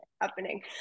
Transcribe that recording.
happening